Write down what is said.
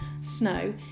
snow